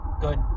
Good